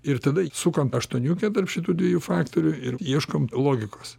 ir tada sukant aštuoniukę tarp šitų dviejų faktorių ir ieškom logikos